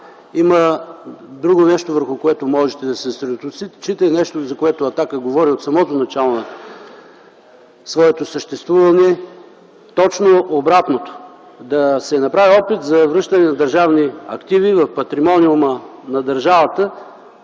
Има друго нещо, върху което можете да се съсредоточите и нещо, за което „Атака” говори от самото начало на своето съществуване – точно обратното – да се направи опит за връщане на държавни активи в патримониума на държавата,